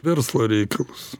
verslo reikalus